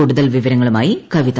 കൂടുതൽ വിവരങ്ങളുമായി കവിത